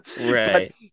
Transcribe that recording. right